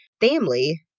family